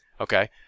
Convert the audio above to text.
Okay